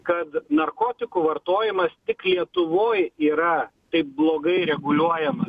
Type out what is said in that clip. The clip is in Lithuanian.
kad narkotikų vartojimas tik lietuvoj yra taip blogai reguliuojama